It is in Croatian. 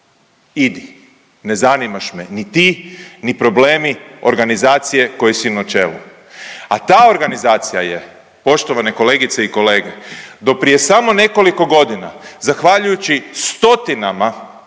idi ne zanimaš me ni ti, ni problemi organizacije koje si na čelu. A ta organizacija je poštovane kolegice i kolege do prije samo nekoliko godina zahvaljujući stotinama